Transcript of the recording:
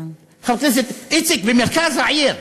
חבר הכנסת איציק, במרכז העיר.